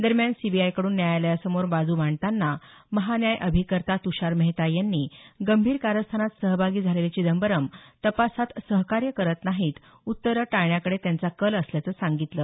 दरम्यान सीबीआयकडून न्यायालयासमोर बाजू मांडताना महान्यायअभिकर्ता तुषार मेहता यांनी गंभीर कारस्थानात सहभागी झालेले चिदंबरम तपासात सहकार्य करत नाहीत उत्तरं टाळण्याकडे त्यांचा कल असल्याचं सांगितलं